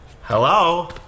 Hello